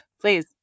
please